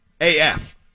AF